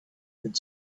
could